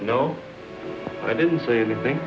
no i didn't say anything